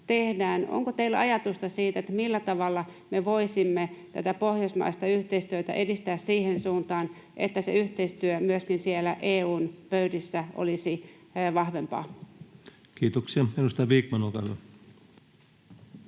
Onko teillä ajatusta siitä, millä tavalla me voisimme tätä pohjoismaista yhteistyötä edistää siihen suuntaan, että se yhteistyö myöskin siellä EU:n pöydissä olisi vahvempaa? [Speech 180] Speaker: